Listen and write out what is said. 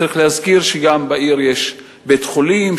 צריך להזכיר שבעיר יש גם בית-חולים,